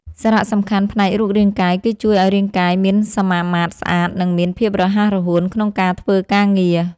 សារៈសំខាន់ផ្នែករូបរាងកាយ គឺជួយឱ្យរាងកាយមានសមាមាត្រស្អាត និងមានភាពរហ័សរហួនក្នុងការធ្វើការងារ។